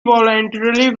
voluntarily